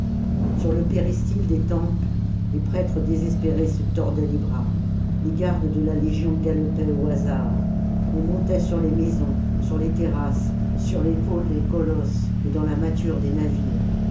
sur le péristyle des temples les prêtres désespérés se tordaient les bras les gardes de la légion galopaient au hasard on montait sur les maisons sur les terrasses sur l'épaule des colosses et dans la mâture des navires